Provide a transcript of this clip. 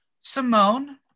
Simone